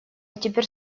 теперь